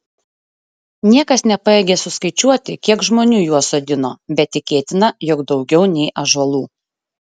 niekas nepajėgė suskaičiuoti kiek žmonių juos sodino bet tikėtina jog daugiau nei ąžuolų